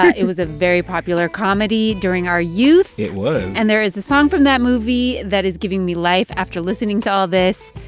it was a very popular comedy during our youth it was and there is a song from that movie that is giving me life after listening to all this.